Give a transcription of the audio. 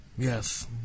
Yes